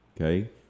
Okay